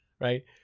right